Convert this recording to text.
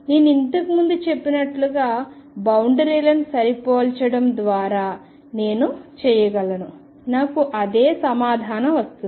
నేను ఇంతకు ముందు చెప్పినట్లుగా బౌండరీలను సరిపోల్చడం ద్వారా నేను చేయగలను నాకు అదే సమాధానం వస్తుంది